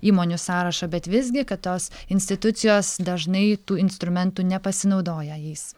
įmonių sąrašą bet visgi kad tos institucijos dažnai tų instrumentų nepasinaudoja jais